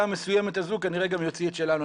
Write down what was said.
המסוימת הזו כנראה גם יוציא את שלנו,